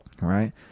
right